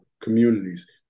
communities